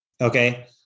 Okay